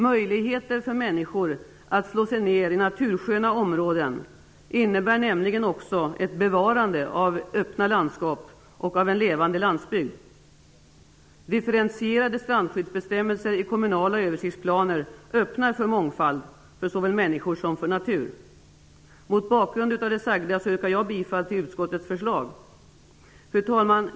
Möjligheter för människor att slå sig ned i natursköna områden innebär också ett bevarande av öppna landskap och en levande landsbygd. Differentierade strandskyddsbestämmelser och kommunala översiktsplaner öppnar för mångfald för såväl människor som natur. Mot bakgrund av det sagda yrkar jag bifall till utskottets hemställan. Fru talman!